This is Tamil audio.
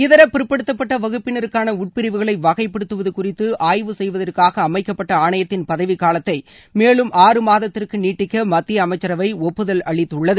இதர பிற்படுத்தப்பட்ட வகுப்பினருக்கான உட்பிரிவுகளை வகைப்படுத்துவது குறித்து ஆய்வு செய்வதற்காக அமைக்கப்பட்ட ஆணையத்தின் பதவிகாலத்தை மேலும் ஆறு மாதத்திற்கு நீட்டிக்க மத்திய அமைச்சரவை ஒப்புதல் அளித்துள்ளது